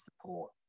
support